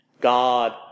God